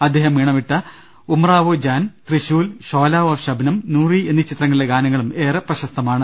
അദ്ദേഹം ഈണമിട്ട ഉമ്രാവോ ജാൻ ത്രിശൂൽ ഷോലാ ഓർ ഷബ്നം നൂറി എന്നീ ചിത്രങ്ങളിലെ ഗാനങ്ങളും ഏറെ പ്രശസ്തമാണ്